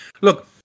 look